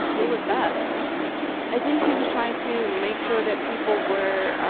it was that i think she was trying to make sure that people were